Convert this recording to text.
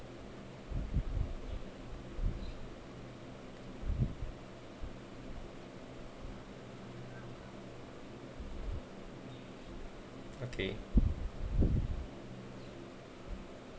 okay